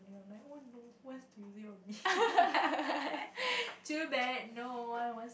my own no one wants to use it on me too bad no one was